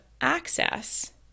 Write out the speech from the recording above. access